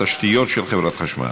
תשתיות של חברת חשמל.